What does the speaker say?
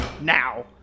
now